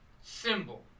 symbol